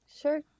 sure